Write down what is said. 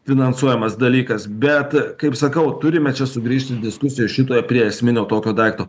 finansuojamas dalykas bet kaip sakau turime čia sugrįžti į diskusiją šitoje prie esminio tokio daikto